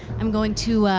i'm going to